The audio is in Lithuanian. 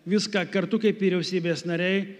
viską kartu kaip vyriausybės nariai